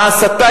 ההסתה.